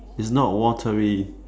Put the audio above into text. it's not watery